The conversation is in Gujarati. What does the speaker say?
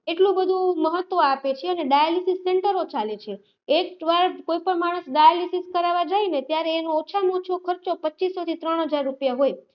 એટલું બધું મહત્વ આપે છે અને ડાયાલીસીસ સેન્ટરો ચાલે છે એકવાર કોઈપણ માણસ ડાયાલીસીસ કરાવા જાયને ત્યારે એનું ઓછાં ઓછો ખર્ચો પચ્ચીસોથી ત્રણ હજાર રૂપિયા હોય